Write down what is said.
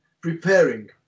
preparing